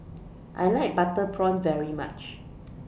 I like Butter Prawn very much